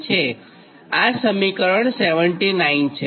આ સમીકરણ 79 છે